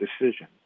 decision